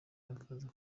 bakaza